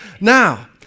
Now